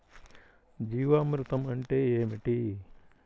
జీవామృతం అంటే ఏమిటి?